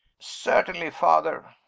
certainly, father!